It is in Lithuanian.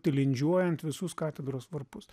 tilindžiuojant visus katedros varpus